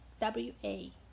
w-a